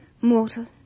mortal